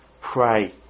pray